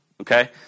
okay